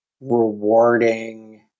rewarding